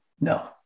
no